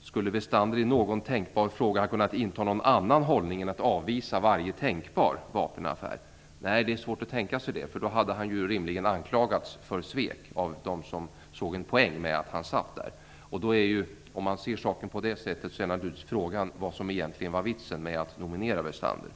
Skulle Westander i någon tänkbar fråga kunnat inta någon annan hållning än att avvisa varje tänkbar vapenaffär? Det är svårt att tänka sig det. Då hade han ju rimligen anklagats för svek av dem som såg en poäng med att han satt där. Om man ser saken på det sättet är naturligtvis frågan vad som egentligen var vitsen med att nominera Westander.